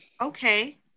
okay